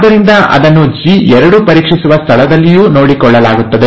ಆದ್ದರಿಂದ ಅದನ್ನು ಜಿ2 ಪರೀಕ್ಷಿಸುವ ಸ್ಥಳದಲ್ಲಿಯೂ ನೋಡಿಕೊಳ್ಳಲಾಗುತ್ತದೆ